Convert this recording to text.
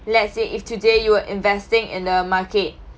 let's say if today you were investing in the market